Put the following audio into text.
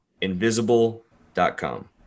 invisible.com